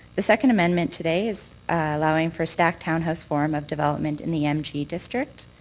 the second amendment today is allowing for stacked townhouse form of development in the mg district.